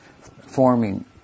forming